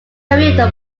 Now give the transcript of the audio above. career